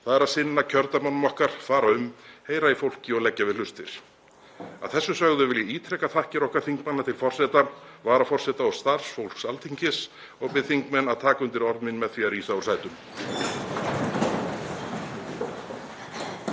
þ.e. að sinna kjördæmunum okkar, fara um og heyra í fólki og leggja við hlustir. Að þessu sögðu vil ég ítreka þakkir okkar þingmanna til forseta, varaforseta og starfsfólks Alþingis og bið þingmenn að taka undir orð mín með því að rísa úr sætum.